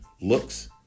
looks